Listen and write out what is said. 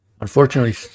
unfortunately